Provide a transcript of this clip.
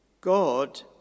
God